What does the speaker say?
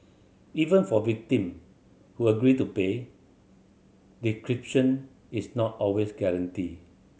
even for victim who agree to pay decryption is not always guaranteed